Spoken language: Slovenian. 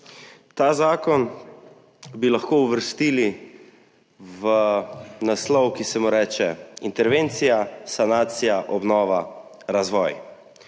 Ta zakon bi lahko uvrstili v naslov, ki se mu reče intervencija, sanacija, obnova, razvoj.